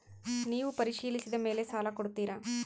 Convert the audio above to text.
ನೇವು ಪರಿಶೇಲಿಸಿದ ಮೇಲೆ ಸಾಲ ಕೊಡ್ತೇರಾ?